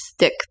stick